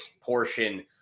portion